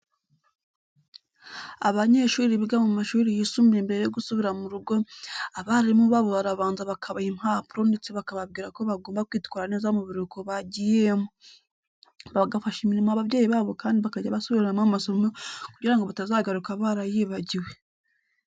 Abanyeshuri biga mu mashuri yisumbuye mbere yo gusubira mu rugo, abarimu babo barabanza bakabaha impanuro ndetse bakababwira ko bagomba kwitwara neza mu biruhuko bagiyemo, bagafasha imirimo ababyeyi babo kandi bakajya basubiramo amasomo kugira ngo batazagaruka barayibagiwe.